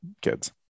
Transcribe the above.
kids